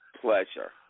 pleasure